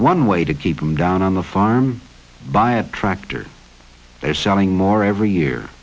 one way to keep them down on the farm by a tractor they're selling more every year